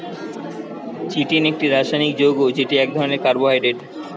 chitin একটি রাসায়নিক যৌগ্য যেটি এক ধরণের কার্বোহাইড্রেট